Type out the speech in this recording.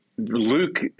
Luke